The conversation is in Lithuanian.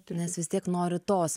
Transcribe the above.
nes vis tiek nori tos